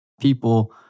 people